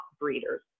breeders